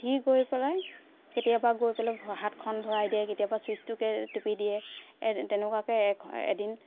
সি গৈ পেলাই কেতিয়াবা গৈ পেলাই হাতখন ভৰাই দিয়ে কেতিয়াবা চুইট্ছটোকে টিপি দিয়ে এই তেনেকুৱাকে এক এদিন